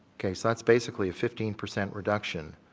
okay, so that's basically a fifteen percent reduction